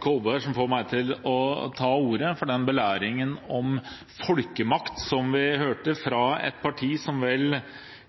Kolberg som fikk meg til å ta ordet, på grunn av den belæringen om folkemakt som vi hørte.